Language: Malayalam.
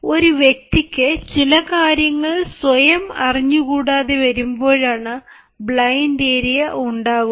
ഒരു വ്യക്തിക്ക് ചില കാര്യങ്ങൾ സ്വയം അറിഞ്ഞു കൂടാതെ വരുമ്പോഴാണ് ബ്ലൈൻഡ് ഏരിയ ഉണ്ടാകുന്നത്